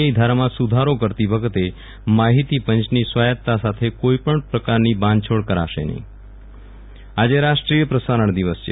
આઈ ધારામાં સુધારો કરતી વખતે માહિતી પંચની સ્વાયત્તતા સાથે કોઈપણ પ્રકારની બાંધછોડ કરાશે નહી વિરલ રાણા રાષ્ટ્રીય પ્રસારણ દિવસ આજે રાષ્ટ્રીય પ્રસારણ દિવસ છે